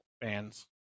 fans